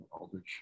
Aldrich